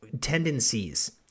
tendencies